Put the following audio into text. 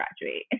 graduate